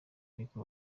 ariko